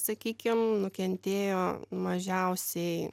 sakykime nukentėjo mažiausiai